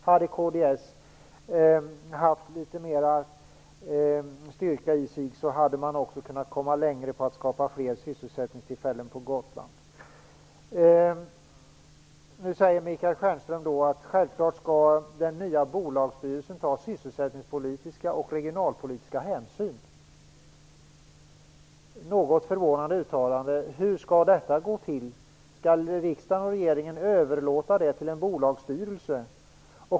Hade kds haft litet mer styrka i sig hade man också kunnat komma längre med att skapa fler sysselsättningstillfällen på Gotland. Michael Stjernström säger att den nya bolagsstyrelsen självfallet skall ta sysselsättningspolitiska och regionalpolitiska hänsyn. Det är ett något förvånande uttalande. Hur skall detta gå till? Skall riksdagen och regeringen överlåta det till en bolagsstyrelse?